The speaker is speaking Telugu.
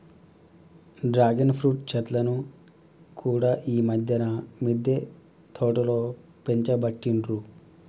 డ్రాగన్ ఫ్రూట్ చెట్లను కూడా ఈ మధ్యన మిద్దె తోటలో పెంచబట్టిండ్రు